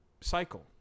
cycle